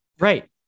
Right